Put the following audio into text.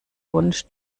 wunsch